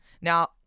Now